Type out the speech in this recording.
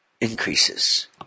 increases